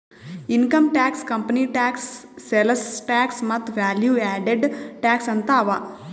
income tax, company tax, sales tax ಮತ್ತ value added tax ಅಂತ್ ಅವಾ